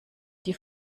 die